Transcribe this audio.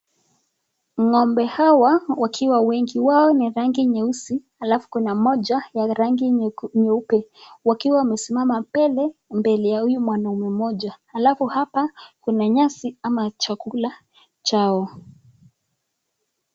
Ng'ombe hawa wakiwa wengi wao ni rangi nyeusi alafu kuna mmoja ya rangi nyeupe wakiwa wamesimama mbele ya huyu mwanaume mmoja alafu hapa kuna nyasi ama chakula chao.